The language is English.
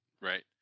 right